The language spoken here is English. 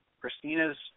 Christina's